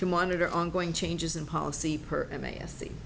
to monitor ongoing changes in policy per